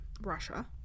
russia